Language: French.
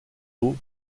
eaux